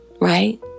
right